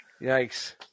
Yikes